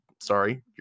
Sorry